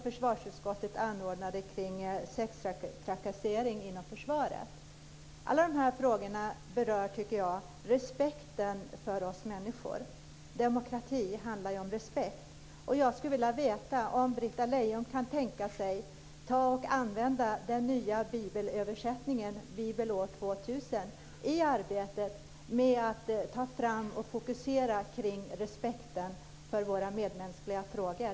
Försvarsutskottet anordnade också en hearing om sextrakasserier inom försvaret. Alla de här frågorna berör, tycker jag, respekten för oss människor. Demokrati handlar ju om respekt. Jag skulle vilja veta om Britta Lejon kan tänka sig att använda den nya bibelöversättningen, Bibel 2000, i arbetet med att ta fram och fokusera på respekten för medmänskliga frågor.